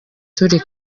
turi